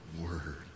word